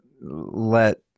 let